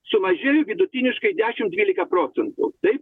sumažėjo vidutiniškai dešimt dvylika procentų taip